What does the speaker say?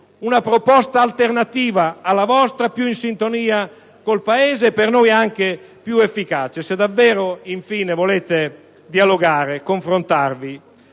una proposta alternativa alla vostra, più in sintonia con il Paese e, secondo noi, anche più efficace. Se davvero, infine, volete dialogare e confrontarvi,